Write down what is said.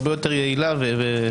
הרבה יותר יעילה ונכונה.